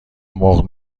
مرغ